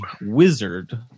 wizard